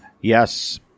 Yes